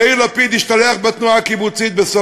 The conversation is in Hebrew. בסוף השבוע יאיר לפיד השתלח בתנועה הקיבוצית.